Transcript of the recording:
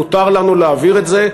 מותר לנו להעביר את זה.